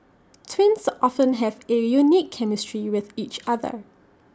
twins often have A unique chemistry with each other